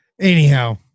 Anyhow